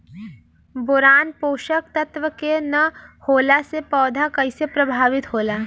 Boron पोषक तत्व के न होला से पौधा कईसे प्रभावित होला?